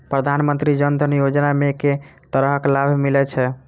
प्रधानमंत्री जनधन योजना मे केँ तरहक लाभ मिलय छै?